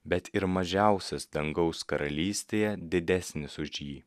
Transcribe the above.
bet ir mažiausias dangaus karalystėje didesnis už jį